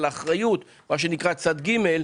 הבעיה היא עם צד ג',